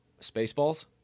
Spaceballs